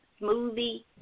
smoothie